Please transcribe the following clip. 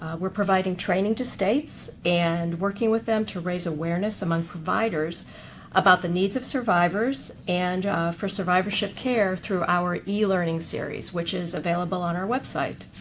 we're providing training to states and working with them to raise awareness among providers about the needs of survivors and for survivorship care through our e-learning series, which is available on our website.